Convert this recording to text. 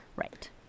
Right